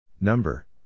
number